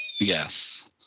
Yes